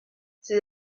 ses